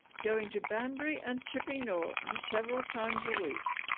going to banbury and chipping norton several times a week